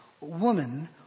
woman